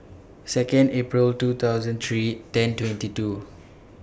Second April two thousand three ten twenty two